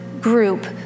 group